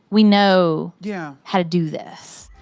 we know yeah how to do this.